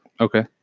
Okay